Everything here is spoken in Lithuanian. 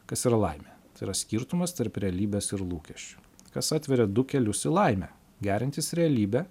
kas yra laimė tai yra skirtumas tarp realybės ir lūkesčių kas atveria du kelius į laimę gerintis realybę